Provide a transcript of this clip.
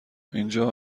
اینجا